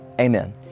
amen